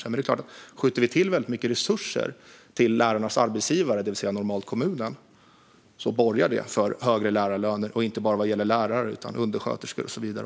Men det är klart att om vi skjuter till väldigt mycket resurser till lärarnas arbetsgivare, det vill säga normalt kommunerna, borgar det inte bara för högre lärarlöner utan också för högre löner för undersköterskor och så vidare.